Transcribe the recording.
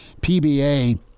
PBA